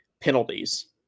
penalties